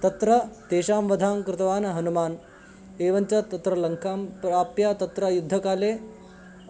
तत्र तेषां वधां कृतवान् हनूमान् एवञ्च तत्र लङ्कां प्राप्य तत्र युद्धकाले